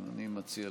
הינה